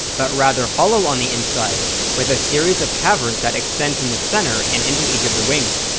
but rather hollow on the inside with a series of caverns that extend from the center and into each of the wings.